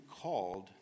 called